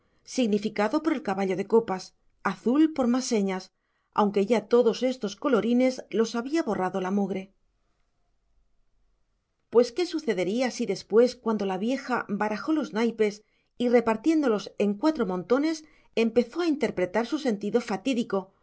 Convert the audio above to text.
joven rubio significado por el caballo de copas azul por más señas aunque ya todos estos colorines los había borrado la mugre pues qué sucedería si después cuando la vieja barajó los naipes y repartiéndolos en cuatro montones empezó a interpretar su sentido fatídico